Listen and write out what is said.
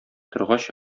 торгач